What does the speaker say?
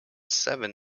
seven